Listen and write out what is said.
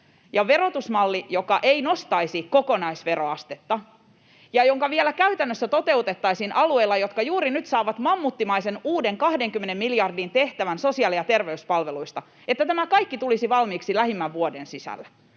verotusmalli, joka ei nostaisi kokonaisveroastetta ja joka vielä käytännössä toteutettaisiin alueilla, jotka juuri nyt saavat uuden, mammuttimaisen 20 miljardin tehtävän sosiaali‑ ja terveyspalveluista, että tämä kaikki tulisi valmiiksi lähimmän vuoden sisällä.